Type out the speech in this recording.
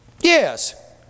Yes